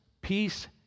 peace